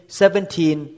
seventeen